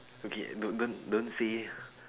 okay don't don't don't say